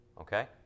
okay